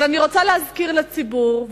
אני רוצה להזכיר לציבור,